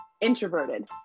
introverted